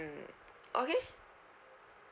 ~(mm) okay